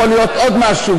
יכול להיות עוד משהו,